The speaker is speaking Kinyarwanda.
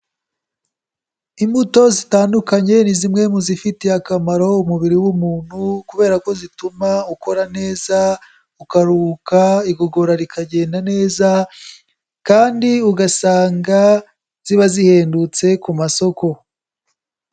Imbuto zitandukanye ni zimwe mu zifitiye akamaro umubiri w'umuntu, kubera ko zituma ukora neza, ukaruhuka, igogora rikagenda neza, kandi ugasanga ziba zihendutse ku masoko.